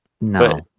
No